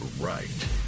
right